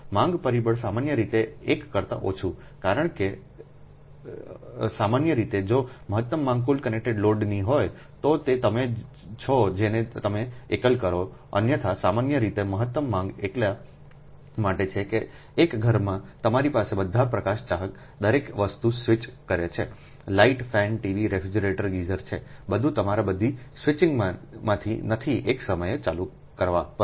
માંગ પરિબળ સામાન્ય રીતે 1 કરતા ઓછું કારણ કે હોય છે સામાન્ય રીતે જો મહત્તમ માંગ કુલ કનેક્ટેડ લોડની હોય તો તે તમે જ છો જેને તમે એકલ કરો અન્યથા સામાન્ય રીતે મહત્તમ માંગ એટલા માટે છે કે એક ઘરમાં તમારી પાસે બધા પ્રકાશ ચાહક દરેક વસ્તુ સ્વિચ કરે છે light fan TV refrigerator geyser છે બધું તમારા બધા સ્વિચિંગમાં નથી એક સમયે ચાલુ કરવા પર